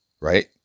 Right